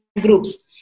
groups